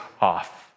off